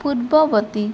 ପୂର୍ବବର୍ତ୍ତୀ